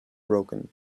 broken